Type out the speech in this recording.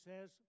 says